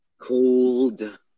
cold